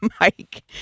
Mike